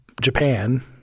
Japan